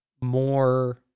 more